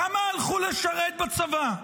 כמה הלכו לשרת בצבא?